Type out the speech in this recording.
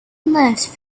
englishman